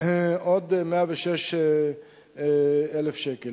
עוד 106,000 שקל.